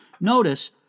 Notice